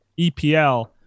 EPL